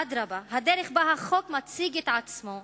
אדרבה, הדרך שבה החוק מציג את עצמו,